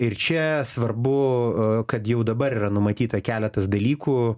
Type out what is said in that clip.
ir čia svarbu kad jau dabar yra numatyta keletas dalykų